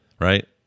right